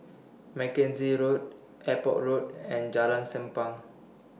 Mackenzie Road Airport Road and Jalan Senang